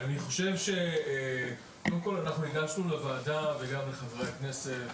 קודם כול הגשנו לוועדה וגם לחברי הכנסת,